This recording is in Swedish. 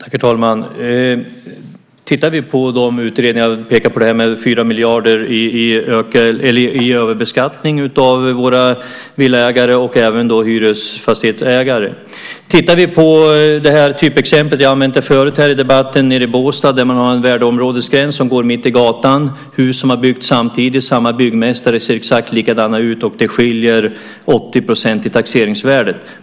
Herr talman! Vi kan titta på de utredningar där man pekar på det här med 4 miljarder i överbeskattning av våra villaägare och även hyresfastighetsägare. Vi kan titta ett typexempel - jag har använt det förut här i debatten. Nere i Båstad har man en värdeområdesgräns som går mitt i gatan. Det är hus som har byggts samtidigt av samma byggmästare, och de ser exakt likadana ut. Det skiljer 80 % i taxeringsvärdet.